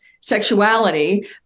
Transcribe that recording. sexuality